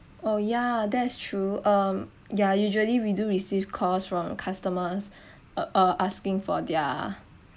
oh yeah that's true um yeah usually we do receive calls from customers uh asking for their